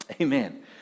Amen